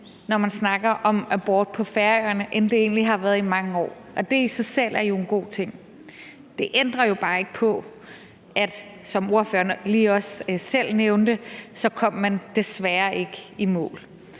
når man snakker om abort på Færøerne, end den egentlig har været i mange år, og det i sig selv er jo en god ting. Det ændrer jo bare ikke på, at man, som ordføreren også lige selv nævnte, desværre ikke kom